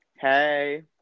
Hey